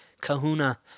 kahuna